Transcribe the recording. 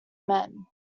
men